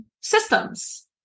systems